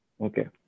Okay